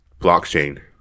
blockchain